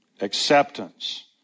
acceptance